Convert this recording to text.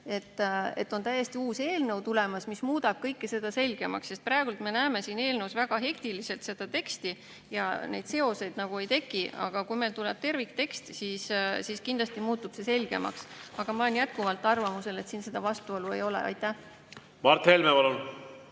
hetkel, täiesti uus eelnõu tulemas, mis muudab kõike seda selgemaks, sest praegu me näeme siin eelnõus väga hektiliselt seda teksti ja neid seoseid nagu ei teki. Kui meil tuleb terviktekst, siis kindlasti muutub see selgemaks. Aga ma olen jätkuvalt arvamusel, et siin seda vastuolu ei ole. Aitäh! Ma jätkuvalt